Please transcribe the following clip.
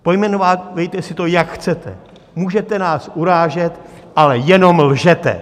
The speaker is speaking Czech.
Pojmenovávejte si to, jak chcete, můžete nás urážet, ale jenom lžete!